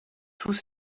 tous